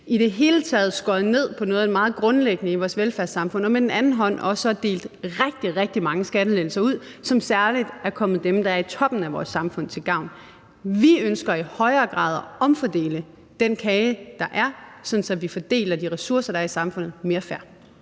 i det hele taget skåret ned på noget af det meget grundlæggende i vores velfærdssamfund – og med den anden hånd har delt rigtig, rigtig mange skattelettelser ud, som særlig er kommet dem, der er i toppen af vores samfund, til gavn. Vi ønsker i højere grad at omfordele den kage, der er, sådan at vi fordeler de ressourcer, der er i samfundet, mere fair.